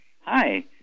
Hi